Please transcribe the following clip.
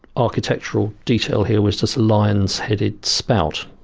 architectural detail here was this lion's headed spout,